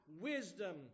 wisdom